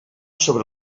sobre